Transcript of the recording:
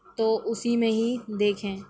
تو اُسی میں ہی دیکھیں